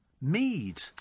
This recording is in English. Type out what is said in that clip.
Mead